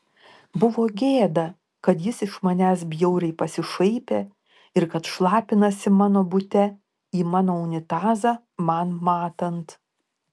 buvo gėda kad jis iš manęs bjauriai pasišaipė ir kad šlapinasi mano bute į mano unitazą man matant